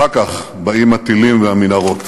אחר כך באים הטילים והמנהרות.